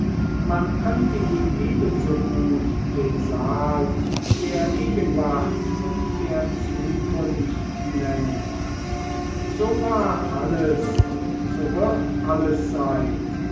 man könnte ihn ebensogut den saal der gegenwart und der zukunft nennen so war alles und so wird alles sein